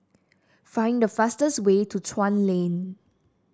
find the fastest way to Chuan Lane